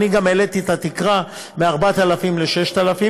אני גם העליתי את התקרה מ-4,000 ל-6,000.